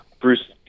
Bruce